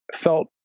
felt